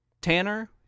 Tanner